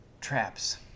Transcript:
traps